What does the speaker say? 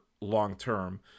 long-term